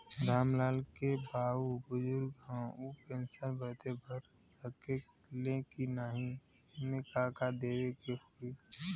राम लाल के बाऊ बुजुर्ग ह ऊ पेंशन बदे भर सके ले की नाही एमे का का देवे के होई?